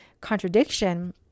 contradiction